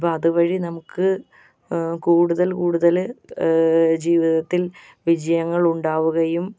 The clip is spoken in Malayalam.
അപ്പം അതുവഴി നമുക്ക് കൂടുതൽ കൂടുതൽ ജീവിതത്തിൽ വിജയങ്ങളുണ്ടാവുകയും